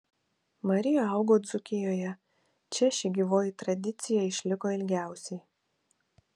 marija augo dzūkijoje čia ši gyvoji tradicija išliko ilgiausiai